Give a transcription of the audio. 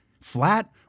flat